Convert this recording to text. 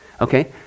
Okay